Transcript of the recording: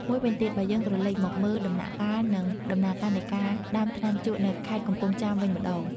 មួយវិញទៀតបើយើងក្រលេកមកមើល ដំណាក់កាល និងដំណើរការនៃការដាំថ្នាំជក់នៅខេត្តកំពង់ចាមវិញម្តង។